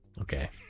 okay